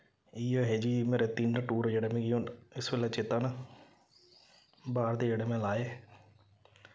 इ'यै हे जी मेरे तिन्न टूर जेह्ड़े मिगी हून इस बेल्लै चेत्ता न बाह्र दे जेह्ड़े में लाए